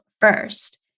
first